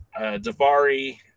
davari